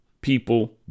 people